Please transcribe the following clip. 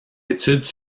études